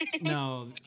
No